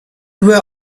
were